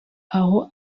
aho